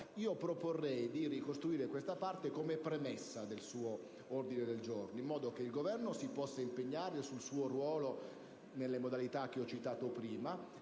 proporrei di ricostruire questa parte come premessa del suo ordine del giorno. In tal modo il Governo si può impegnare nel suo ruolo, nelle modalità che ho citato prima